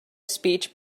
speech